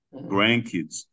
grandkids